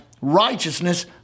righteousness